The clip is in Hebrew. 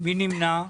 מי נמנע?